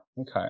Okay